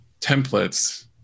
templates